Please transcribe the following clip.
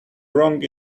wrong